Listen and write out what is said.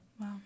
Wow